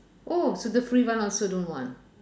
oh so the free one also don't want